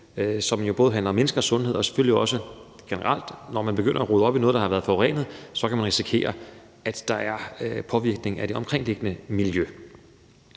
brug. Det handler jo om menneskers sundhed og selvfølgelig også generelt, at når man begynder at rode op i noget, der er forurenet, kan man risikere, at der er en påvirkning af det omkringliggende miljø.